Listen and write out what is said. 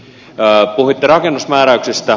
puhuitte rakennusmääräyksistä